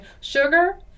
Sugar